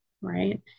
right